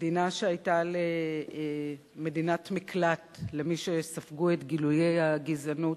מדינה שהיתה למדינת מקלט למי שספגו את גילויי הגזענות